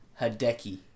Hideki